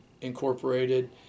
incorporated